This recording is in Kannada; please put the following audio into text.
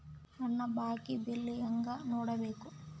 ನನ್ನ ಬಾಕಿ ಬಿಲ್ ಹೆಂಗ ನೋಡ್ಬೇಕು?